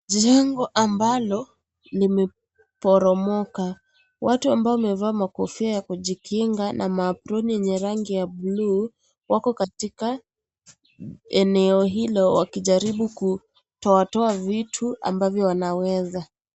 Jengo ambalo limeporomoka, watu ambao wamevaa makofia ya kujikinga na maaproni yenye rangi ya bluu wako katika eneo hilo wakijaribu kutoa toa vitu ambavyo wanaweza.